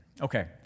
Okay